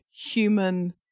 human